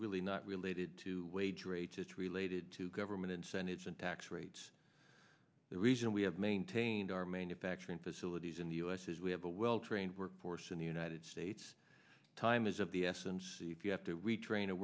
really not related to wage rates it's related to government incentives and tax rates the reason we have maintained our manufacturing facilities in the us is we have a well trained workforce in the united states time is of the essence if you have to retrain